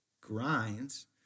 grinds